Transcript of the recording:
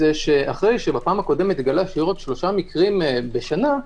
אחרי שבפעם האחרונה נתגלו שלושה מקרים בשנה,